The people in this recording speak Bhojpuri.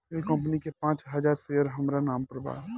एह कंपनी के पांच हजार शेयर हामरा नाम पर बा